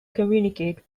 communicate